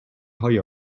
های